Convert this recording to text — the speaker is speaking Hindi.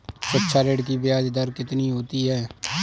शिक्षा ऋण की ब्याज दर कितनी होती है?